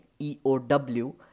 EOW